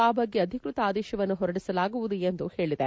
ಆ ಬಗ್ಗೆ ಅಧಿಕೃತ ಆದೇಶವನ್ನು ಹೊರಡಿಸಲಾಗುವುದು ಎಂದು ಹೇಳಿದೆ